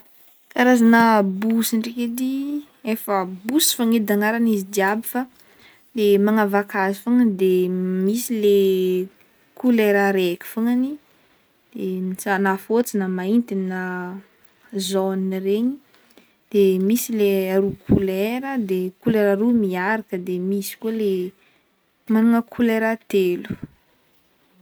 Karazagna bosy ndraiky edy efa bosy fogna edy agnarany izy jiaby fa le manavaka azy fognany de misy le kolera raiky fognany de mitsagna fotsy na maintigny na jaune regny de misy le aroa kolera de kolera aroa miaraka de misy koa le magnana kolera telo.